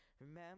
remember